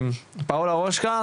פאולה רושקה,